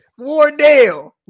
Wardale